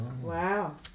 Wow